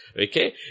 okay